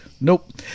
Nope